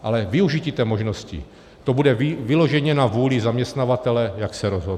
Ale využití té možnosti, to bude vyloženě na vůli zaměstnavatele, jak se rozhodne.